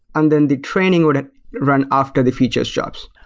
and then the training would run after the features jobs.